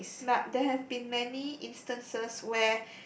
but there have been many instances where